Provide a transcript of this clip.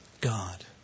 God